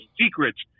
secrets